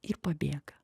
ir pabėga